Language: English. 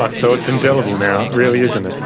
but so it's indelible now really, isn't it.